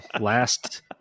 last